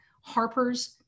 Harper's